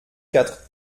quatre